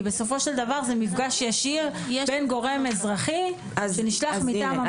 כי בסופו של דבר זה מפגש ישיר בין גורם אזרחי שנשלח מטעם המדינה לאזרח.